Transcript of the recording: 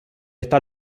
esta